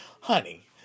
Honey